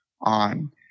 on